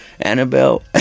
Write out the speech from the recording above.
Annabelle